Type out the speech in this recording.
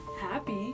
Happy